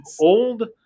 old